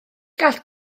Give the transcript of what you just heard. gall